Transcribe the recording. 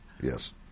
Yes